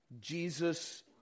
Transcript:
Jesus